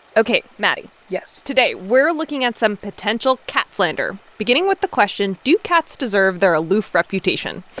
ok. maddie? yes? today we're looking at some potential cat slander, beginning with the question do cats deserve their aloof reputation?